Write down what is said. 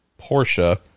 Porsche